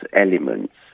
elements